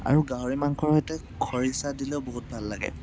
আৰু গাহৰি মাংসৰ সৈতে খৰিচা দিলেও বহুত ভাল লাগে